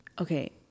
Okay